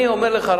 אני אומר לך,